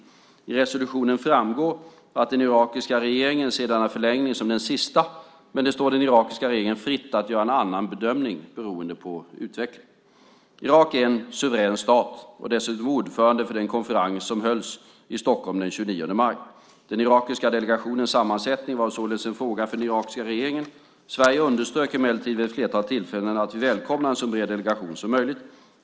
I resolutionen framgår att den irakiska regeringen ser denna förlängning som den sista, men det står den irakiska regeringen fritt att göra en annan bedömning beroende på utvecklingen. Irak är en suverän stat, och Irak var dessutom ordförande för den konferens som hölls i Stockholm den 29 maj. Den irakiska delegationens sammansättning var således en fråga för den irakiska regeringen. Sverige underströk emellertid vid ett flertal tillfällen att vi välkomnade en så bred delegation som möjligt.